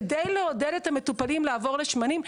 כדי לעודד את המטופלים לעבור לשמנים,